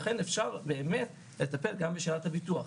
אכן אפשר באמת לטפל גם בשאלת הביטוח.